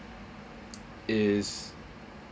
is